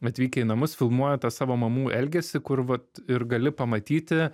atvykę į mus filmuoja tą savo mamų elgesį kur vat ir gali pamatyti